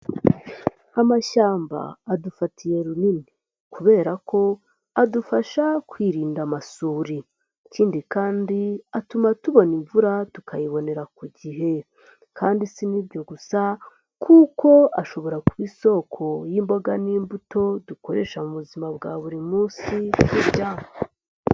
Amashyamba adufatiye runini kubera ko adufasha kwirinda amasuri. Ikindi kandi atuma tubona imvura, tukayibonera ku gihe kandi si n'ibyo gusa kuko ashobora kuba isoko y'imboga n'imbuto, dukoresha mu buzima bwa buri munsi turya.